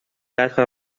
quatre